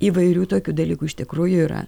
įvairių tokių dalykų iš tikrųjų yra